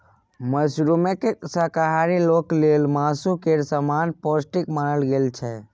मशरूमकेँ शाकाहारी लोक लेल मासु केर समान पौष्टिक मानल गेल छै